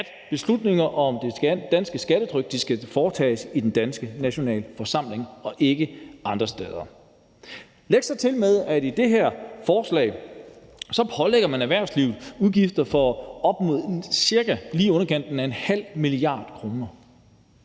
at beslutninger om det danske skattetryk skal tages i den danske nationalforsamling og ikke andre steder. Læg så til, at i det her forslag pålægger man erhvervslivet udgifter på op mod lige i underkanten af ½ mia. kr.